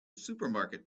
supermarket